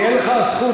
תהיה לך הזכות,